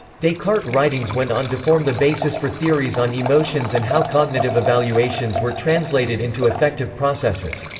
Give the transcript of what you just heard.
descartes' writings went on to form the basis for theories on emotions and how cognitive evaluations were translated into affective processes.